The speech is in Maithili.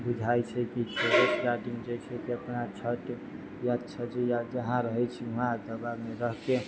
बुझाय छै कि टेरेस गार्डनिंग जे छै कि अपना छत या छज्जी जहाँ रहै छी वहाँ जगहमे रहिके